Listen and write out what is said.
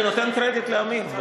אני נותן קרדיט לעמיר.